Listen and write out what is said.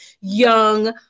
young